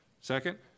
Second